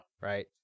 Right